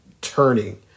turning